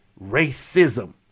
racism